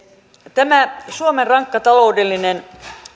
tämä suomen rankka taloudellinen